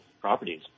properties